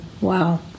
Wow